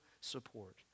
support